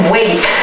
Wait